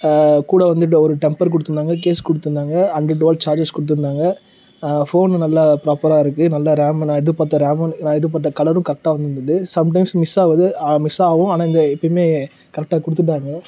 கூட வந்துவிட்டு ஒரு டெம்பர் கொடுத்துருந்தாங்க கேஸ் கொடுத்துருந்தாங்க ஹண்ட்ரட் வாட்ஸ் சார்ஜஸ் கொடுத்துருந்தாங்க ஃபோனும் நல்ல ப்ராப்பராக இருக்கு நல்ல ரேமு நான் எதிர்பார்த்த ரேமும் நான் எதிர்பார்த்த கலரும் கரெக்டாக வந்துருந்துது சம் டைம்ஸ் மிஸ் ஆகுது மிஸ் ஆவும் ஆனால் இங்கே எப்பையுமே கரெக்டாக கொடுத்துட்டாங்க